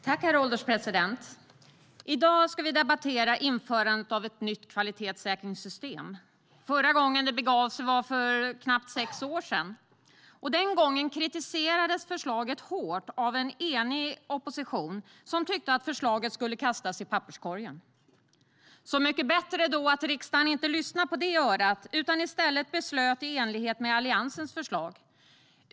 Herr ålderspresident! I dag ska vi debattera införandet av ett nytt kvalitetssäkringssystem. Förra gången det begav sig var för knappt sex år sedan. Den gången kritiserades förslaget hårt av en enig opposition som tyckte att förslaget skulle kastas i papperskorgen. Så mycket bättre då att riksdagen inte lyssnade på det örat utan i stället beslöt i enlighet med Alliansens förslag.